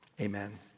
amen